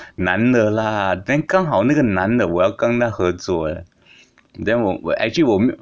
男的啦 then 刚好那个男的我要跟他合作 leh then 我我 actually 我没有